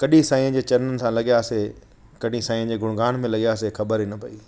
कॾहिं साईं जे चरननि सां लॻियासीं कॾहिं साईं जे गुणगान में लॻियासीं ख़बर ई न पई